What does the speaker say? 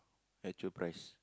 actual price